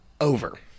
over